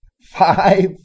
five